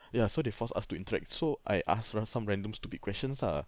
ya so they force us to interact so I ask around some random stupid questions ah